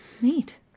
Neat